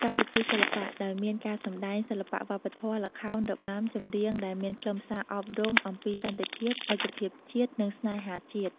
កម្មវិធីសិល្បៈ ដោយមានការសម្តែងសិល្បៈវប្បធម៌ ល្ខោន របាំ ចម្រៀង ដែលមានខ្លឹមសារអប់រំអំពីសន្តិភាព ឯកភាពជាតិ និងស្នេហាជាតិ។